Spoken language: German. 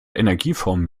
energieformen